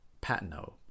Patino